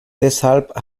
deshalb